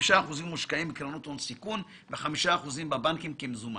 5% מושקעים בקרנות הון סיכון ו-5% אחוזים בבנקים כמזומן.